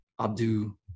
Abdul